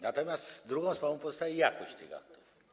Natomiast drugą sprawą pozostaje jakość tych aktów.